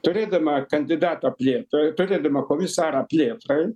turėdama kandidatą plėtrai turėdama komisarą plėtrai